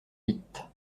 vite